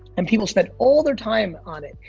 and people spend all their time on it.